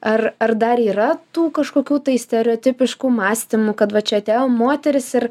ar ar dar yra tų kažkokių tai stereotipiškų mąstymų kad va čia atėjo moteris ir